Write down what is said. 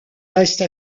reste